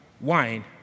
wine